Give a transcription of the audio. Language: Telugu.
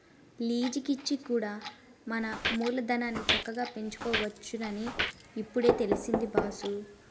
లీజికిచ్చి కూడా మన మూలధనాన్ని చక్కగా పెంచుకోవచ్చునని ఇప్పుడే తెలిసింది బాసూ